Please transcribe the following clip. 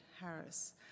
Harris